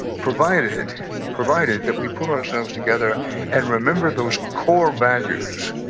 provided provided that we put ourselves together and remember those core values.